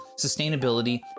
sustainability